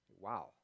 Wow